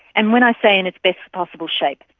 and when i say in its best possible shape,